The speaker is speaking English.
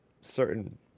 certain